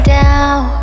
down